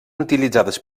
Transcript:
utilitzades